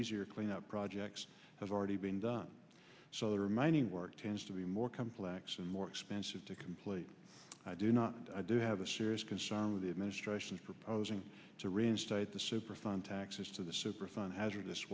easier cleanup projects have already been done so the remaining work tends to be more complex and more expensive to complete i do not and i do have a serious concern with the administration is proposing to reinstate the superfund taxes to the superfund hazardous